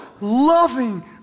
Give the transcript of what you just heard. loving